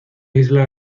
isla